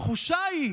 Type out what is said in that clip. התחושה היא